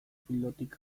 pilotik